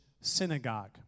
synagogue